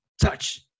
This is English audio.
Touch